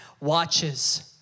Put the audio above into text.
watches